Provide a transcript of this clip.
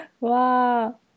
Wow